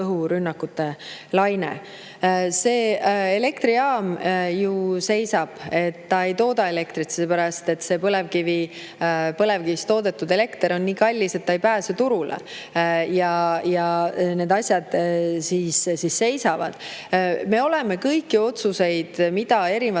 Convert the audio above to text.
See elektrijaam ju seisab. Ta ei tooda elektrit selle pärast, et põlevkivist toodetud elekter on nii kallis, et see ei pääse turule. Need asjad seisavad. Me oleme kõiki otsuseid, mida erinevatel